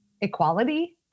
equality